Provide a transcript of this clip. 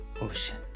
ocean